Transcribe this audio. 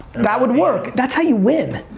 that would work, that's how you win!